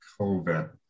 COVID